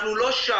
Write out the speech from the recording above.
אנחנו לא שם.